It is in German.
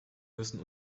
müssen